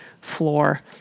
floor